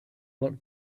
looked